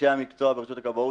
אנשי המקצוע ברשות הכבאות